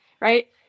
right